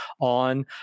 on